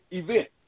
event